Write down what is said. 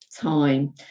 time